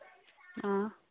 آ